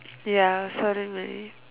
ya sorry my